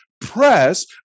press